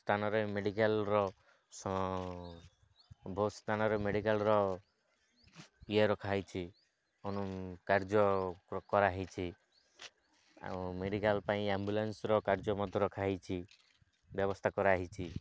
ସ୍ଥାନରେ ମେଡ଼ିକାଲ୍ର ସ ବହୁତ ସ୍ଥାନରେ ମେଡ଼ିକାଲ୍ର ଇଏ ରଖାହୋଇଛି କାର୍ଯ୍ୟ କରାହୋଇଛି ଆଉ ମେଡ଼ିକାଲ୍ ପାଇଁ ଆମ୍ବୁଲାନ୍ସର କାର୍ଯ୍ୟ ମଧ୍ୟ ରଖାହୋଇଛି ବ୍ୟବସ୍ଥା କରାହୋଇଛି